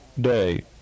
day